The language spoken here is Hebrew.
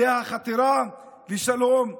זה החתירה לשלום ולשוויון.